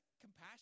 compassion